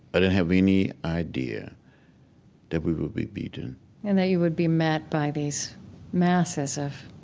i didn't have any idea that we would be beaten and that you would be met by these masses of